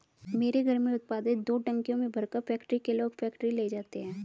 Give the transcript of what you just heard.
मेरे घर में उत्पादित दूध टंकियों में भरकर फैक्ट्री के लोग फैक्ट्री ले जाते हैं